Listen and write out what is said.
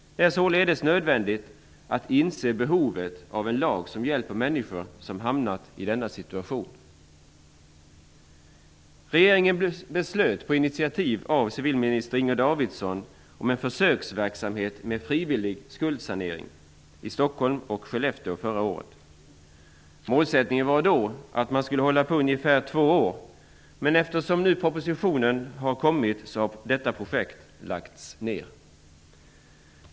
Det är således nödvändigt att inse behovet av en lag som hjälper människor som hamnat i denna situation. Regeringen beslöt förra året på initiativ av civilminister Inger Davidson om en försöksverksamhet med frivillig skuldsanering i Stockholm och Skellefteå. Målsättningen var att verksamheten skulle pågå ungefär två år, men eftersom propositionen nu har kommit har projektet lagts ned.